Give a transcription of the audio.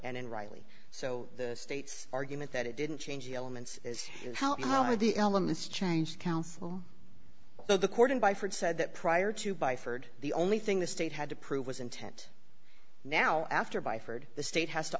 and rightly so the states argument that it didn't change the elements as how the elements change council so the court and by for it said that prior to by for the only thing the state had to prove was intent now after by for it the state has to